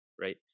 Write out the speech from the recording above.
right